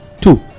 Two